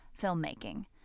filmmaking